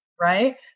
right